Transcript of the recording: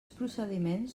procediments